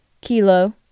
Kilo